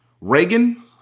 Reagan